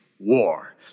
war